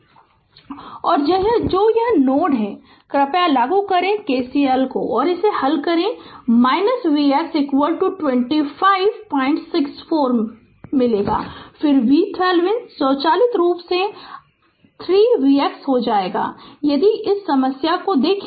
Refer Slide Time 2441 और जो यह नोड है कृपया लागू करें KCL और इसे हल करें Vx 2564 वोल्ट मिलेगा फिर VThevenin स्वचालित रूप से 3 Vx हो जाएगा यदि इस समस्या को देखें